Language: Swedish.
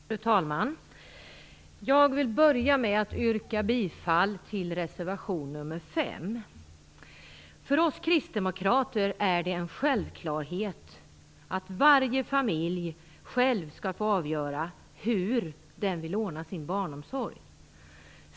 Fru talman! Jag vill börja med att yrka bifall till reservation 5. För oss kristdemokrater är det en självklarhet att varje familj själv skall få avgöra hur den vill ordna sin barnomsorg.